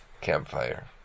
campfire